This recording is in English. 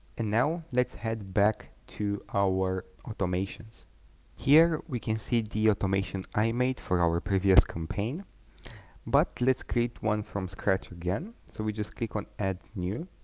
and now let's head back to our automations here we can see the automation i made for our previous campaign but let's create one from scratch again so we just click on add new